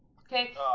okay